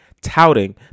touting